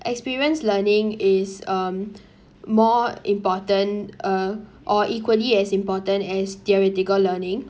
experience learning is um more important uh or equally as important as theoretical learning